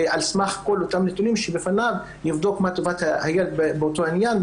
ועל סמך כל אותם נתונים שבפניו נבדוק מה טובת הילד באותו עניין.